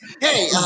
Hey